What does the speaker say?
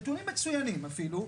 נתונים מצוינים אפילו,